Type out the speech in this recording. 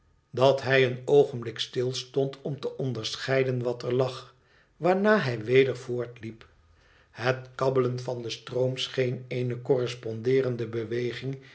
dat hij een oogenblik stilstond om te onderscheiden water lag waarna hij weder voortliep het kabbelen van den stroom scheen eene correspondeerende beweging